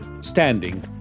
standing